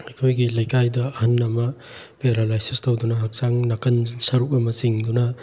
ꯑꯩꯈꯣꯏꯒꯤ ꯂꯩꯀꯥꯏꯗ ꯑꯍꯜ ꯑꯃ ꯄꯦꯔꯥꯂꯥꯏꯁꯤꯁ ꯇꯧꯗꯨꯅ ꯍꯛꯆꯥꯡ ꯅꯥꯀꯟ ꯁꯔꯨꯛ ꯑꯃ ꯆꯤꯡꯗꯨꯅ